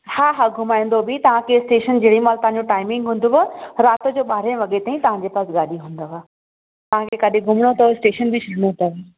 हा हा घुमाईंदो बि तव्हांखे स्टेशन जेड़ीमहिल तव्हांजो टाईमिंग हुंदव राति जो ॿारहें वॻे ताईं तव्हांजे पास गाॾी हुंदव तव्हांखे काॾे घुमिणो अथव स्टेशन बि छॾिणो अथव